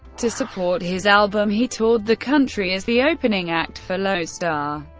to support his album, he toured the country as the opening act for lonestar.